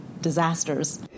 disasters